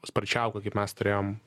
sparčiai auga kaip mes turėjom